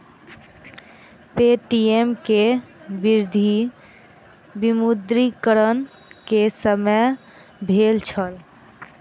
Paytm के वृद्धि विमुद्रीकरण के समय भेल छल